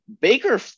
Baker